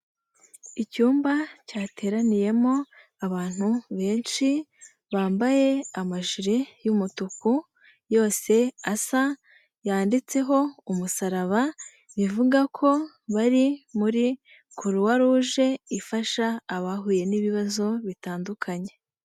Icyumba cyateraniyemo abantu benshi bambaye amajire y'umutuku yose asa yanditseho umusaraba bivuga ko bari muri Croix Rouge ifasha abahuye n'ibibazo bitandukanye.